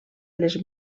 les